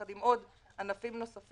ביחד עם עוד ענפים נוספים,